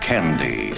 candy